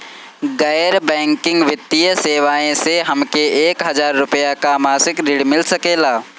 गैर बैंकिंग वित्तीय सेवाएं से हमके एक हज़ार रुपया क मासिक ऋण मिल सकेला?